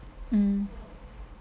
mm